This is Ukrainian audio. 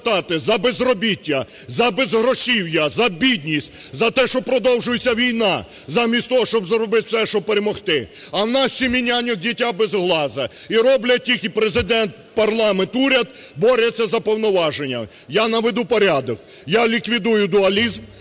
за безробіття, за безгрошів'я, за бідність, за те, що продовжується війна замість того, щоб зробити все, щоб перемогти. А в нас в семи няньок дитя без глазу і роблять тільки... Президент, парламент уряд борються за повноваження. Я наведу порядок, я ліквідую дуалізм.